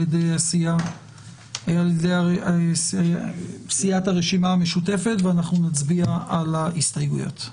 ידי סיעת הרשימה המשותפת ונצביע על ההסתייגויות.